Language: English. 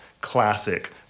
classic